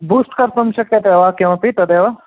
boost कर्तुं शक्यते वा किमपि तदेव